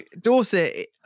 dorset